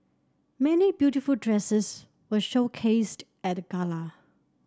many beautiful dresses were showcased at the gala